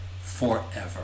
forever